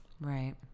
Right